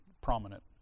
prominent